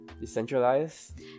Decentralized